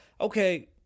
Okay